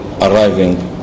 arriving